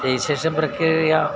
registration പ്രക്രിയ